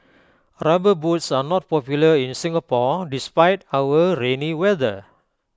rubber boots are not popular in Singapore despite our rainy weather